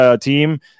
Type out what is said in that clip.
team